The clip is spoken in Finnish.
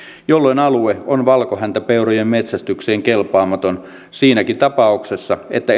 jolloin alue on valkohäntäpeurojen metsästykseen kelpaamaton siinäkin tapauksessa että